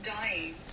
dying